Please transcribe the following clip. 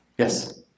Yes